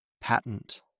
Patent